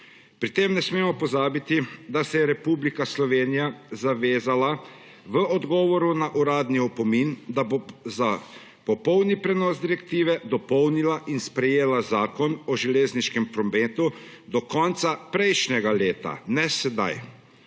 Pri tem ne smemo pozabiti, da se je Republika Slovenija zavezala v odgovoru na uradni opomin, da bo za popolen prenos direktive dopolnila in sprejela Zakon o železniškem prometu do konca prejšnjega leta, ne sedaj,